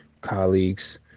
colleagues